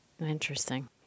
Interesting